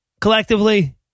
collectively